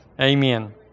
Amen